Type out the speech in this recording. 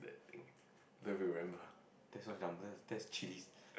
don't remember